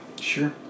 Sure